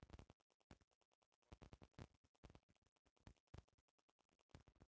अब त पश्मीना शाल दुनिया भर में जानल जाता